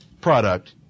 product